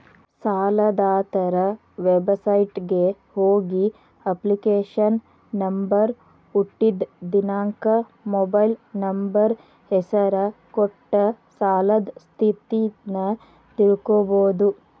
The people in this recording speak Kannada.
ಸಾಲದಾತರ ವೆಬಸೈಟ್ಗ ಹೋಗಿ ಅಪ್ಲಿಕೇಶನ್ ನಂಬರ್ ಹುಟ್ಟಿದ್ ದಿನಾಂಕ ಮೊಬೈಲ್ ನಂಬರ್ ಹೆಸರ ಕೊಟ್ಟ ಸಾಲದ್ ಸ್ಥಿತಿನ ತಿಳ್ಕೋಬೋದು